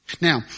Now